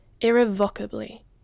irrevocably